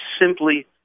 simply